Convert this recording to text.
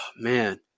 man